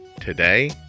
today